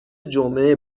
جمعه